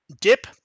Dip